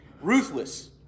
ruthless